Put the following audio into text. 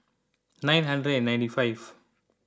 nine hundred and ninety five